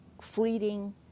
fleeting